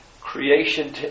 creation